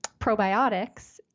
probiotics